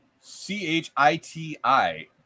C-H-I-T-I